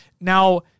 Now